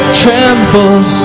trembled